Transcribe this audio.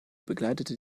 begleitete